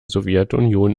sowjetunion